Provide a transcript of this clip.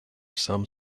some